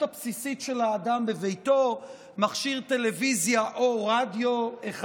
הבסיסית של האדם בביתו: מכשיר טלוויזיה או רדיו אחד,